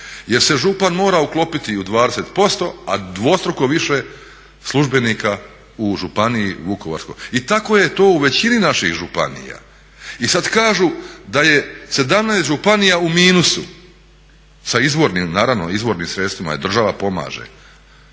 jer se župan mora uklopiti u 20% a dvostruko više službenika u županiji Vukovarsko. I tako je to u većini naših županija. I sada kažu da je 17 županija u minusu sa izvornim, naravno izvornim sredstvima jer država pomaže.